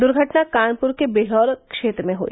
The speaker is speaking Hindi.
दुर्घटना कानपुर के विल्हौर क्षेत्र में हुई